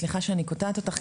סליחה שאני קוטעת אותך,